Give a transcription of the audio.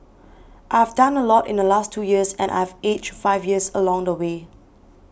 I have done a lot in the last two years and I have aged five years along the way